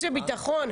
וביטחון.